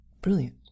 brilliant